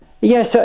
Yes